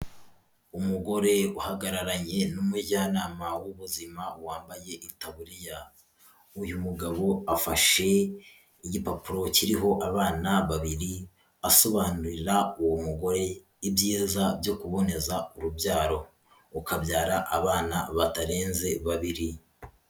Umugore uhagararanye n'umujyanama w'ubuzima wambaye itaburiya, uyu mugabo afashe igipapuro kiriho abana babiri asobanurira uwo mugore ibyiza byo kuboneza urubyaro, ukabyara abana batarenze babiri.